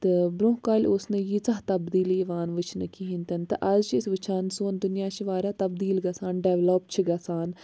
تہٕ برٛونٛہہ کالہِ اوس نہٕ ییٖژاہ تَبدیٖلی یِوان وُچھنہٕ کِہیٖنٛۍ تہِ نہٕ اَز چھِ أسۍ وُچھان سون دُنیاہ چھِ واریاہ تَبدیٖل گژھان ڈیولَپ چھِ گژھان